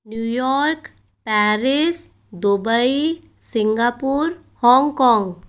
New York Paris Dubai Singapore Hong Kong